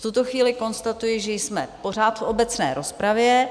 V tuto chvíli konstatuji, že jsme pořád v obecné rozpravě.